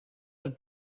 have